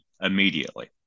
immediately